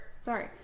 sorry